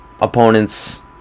opponents